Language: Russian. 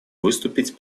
выступить